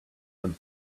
them